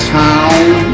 town